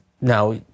now